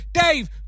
Dave